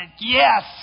yes